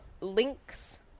links